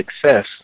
success